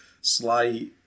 Sly